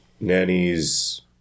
nannies